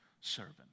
servant